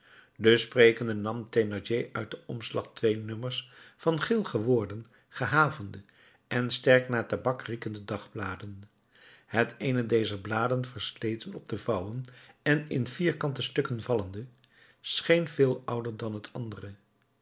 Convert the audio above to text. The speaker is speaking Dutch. dus sprekende nam thénardier uit den omslag twee nummers van geel geworden gehavende en sterk naar tabak riekende dagbladen het eene dezer bladen versleten op de vouwen en in vierkante stukken vallende scheen veel ouder dan het andere